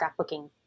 scrapbooking